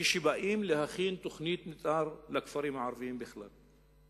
כשבאים להכין תוכנית מיתאר לכפרים הערביים בכלל.